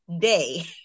day